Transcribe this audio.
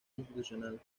institucional